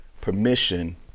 permission